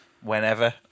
whenever